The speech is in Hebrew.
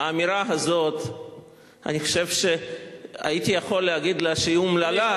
האמירה הזאת אני חושב שהייתי יכול להגיד שהיא אומללה.